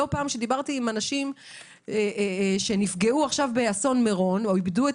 לא פעם כשדיברתי עם אנשים שנפגעו באסון מירון או איבדו את